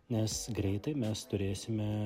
nes greitai mes turėsime